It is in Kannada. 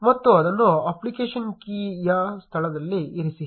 ಮತ್ತು ಅದನ್ನು ಅಪ್ಲಿಕೇಶನ್ ಕೀಯ ಸ್ಥಳದಲ್ಲಿ ಇರಿಸಿ